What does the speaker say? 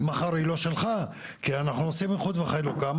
מחר היא לא שלך, כי אנחנו עושים איחוד וחלוקה.